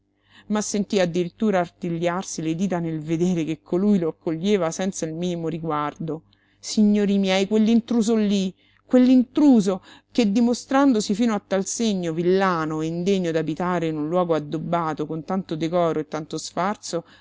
ma sentí addirittura artigliarsi le dita nel vedere che colui lo accoglieva senza il minimo riguardo signori miei quell'intruso lí quell'intruso che dimostrandosi fino a tal segno villano e indegno d'abitare in un luogo addobbato con tanto decoro e tanto sfarzo